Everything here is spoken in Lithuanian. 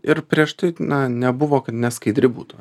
ir prieš tai na nebuvo kad neskaidri būtų